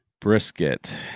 brisket